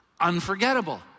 unforgettable